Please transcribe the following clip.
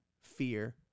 fear